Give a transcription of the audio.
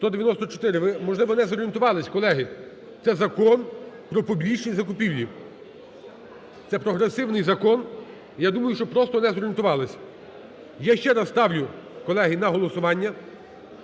Ви, можливо, не зорієнтувались, колеги. Це Закон "Про публічні закупівлі". Це прогресивний закон. Я думаю, що просто не зорієнтувались. Я ще раз ставлю, колеги, на голосування